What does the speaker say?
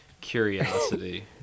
curiosity